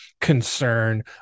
Concern